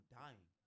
dying